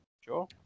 Sure